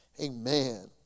Amen